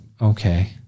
Okay